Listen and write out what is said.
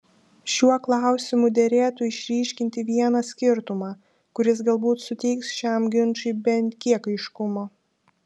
šiuo klausimu derėtų išryškinti vieną skirtumą kuris galbūt suteiks šiam ginčui bent kiek aiškumo